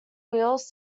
wills